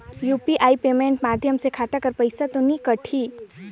UPI payment माध्यम से खाता कर पइसा तो नी कटही?